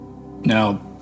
Now